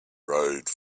rode